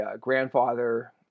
grandfather